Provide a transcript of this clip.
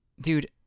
dude